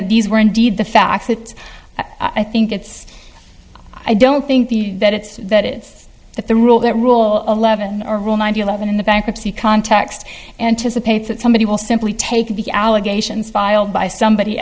that these were indeed the facts that i think it's i don't think that it's that is that the rule that rule eleven or rule nine eleven in the bankruptcy context anticipates that somebody will simply take the allegations filed by somebody